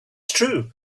true